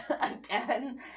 Again